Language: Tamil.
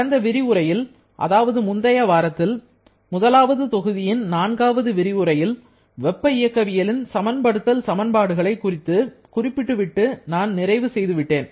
கடந்து விரிவுரையில் அதாவது முந்தைய வாரத்தில் முதலாவது தொகுதியின் நான்காவது விரிவுரையில் வெப்ப இயக்கவியலின் சமன்படுத்தல் சமன்பாடுகளை குறித்து குறிப்பிட்டுவிட்டு நான் நிறைவு செய்துவிட்டேன்